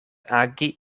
agi